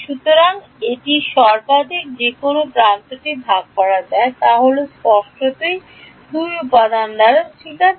সুতরাং এটি সর্বাধিক যে কোনও প্রান্তটি ভাগ করা যায় তা হল স্পষ্টতই 2 উপাদান দ্বারা ঠিক আছে